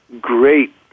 great